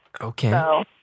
Okay